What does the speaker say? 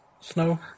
snow